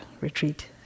retreat